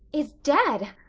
is dead.